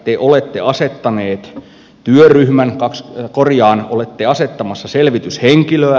tiuri ja asettaneet työryhmän että te olette asettamassa selvityshenkilöä